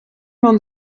man